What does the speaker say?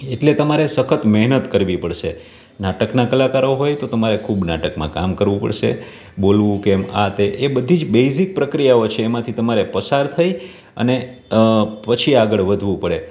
એટલે તમારે સખત મહેનત કરવી પડશે નાટકનાં કલાકારો હોય તો તમારે ખૂબ નાટકમાં કામ કરવું પડશે બોલવું કેમ આ તે એ બધી જ બેઝિક પ્રક્રિયાઓ છે એમાંથી તમારે પસાર થઈ અને પછી આગળ વધવું પડે